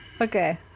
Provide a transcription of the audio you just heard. Okay